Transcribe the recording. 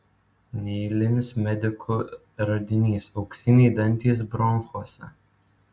neeilinis medikų radinys auksiniai dantys bronchuose